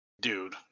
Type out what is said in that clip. Dude